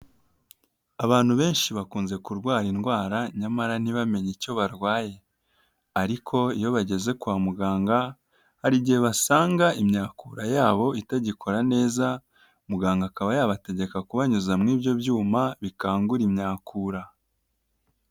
Abantu benshi bakunze kurwara indwara nyamara ntibamenye icyo barwaye ariko iyo bageze kwa muganga, hari igihe basanga imyakura yabo itagikora neza, muganga akaba yabategeka kubanyuza mu ibyo byuma bikangura imyakura.